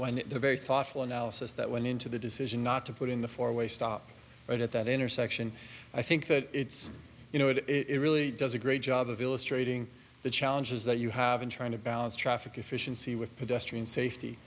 when the very thoughtful analysis that went into the decision not to put in the four way stop right at that intersection i think that it's you know it really does a great job of illustrating the challenges that you have in trying to balance traffic efficiency with pedestrian safety